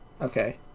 okay